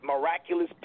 miraculous